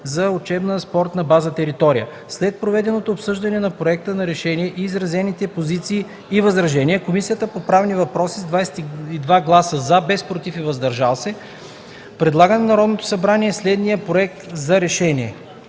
за учебна спортна база територия. След проведеното обсъждане на проекта за решение и изразените позиции и възражения Комисията по правни въпроси с 22 гласа „за”, без „против” и „въздържали се” предлага на Народното събрание следния проект за решение: